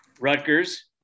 Rutgers